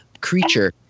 creature –